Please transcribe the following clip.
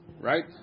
Right